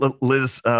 Liz